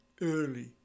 early